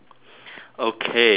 okay ah